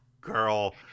girl